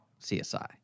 CSI